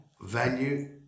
value